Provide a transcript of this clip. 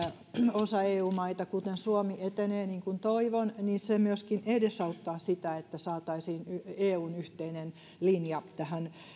osa eu maita kuten suomi etenee kansallisesti niin kuin toivon se myöskin edesauttaa sitä että saataisiin eun yhteinen linja tähän